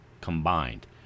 combined